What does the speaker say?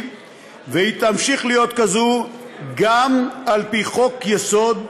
והיא תמשיך להיות כזאת גם על פי חוק-יסוד,